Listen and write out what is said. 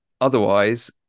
otherwise